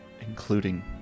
including